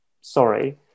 sorry